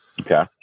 Okay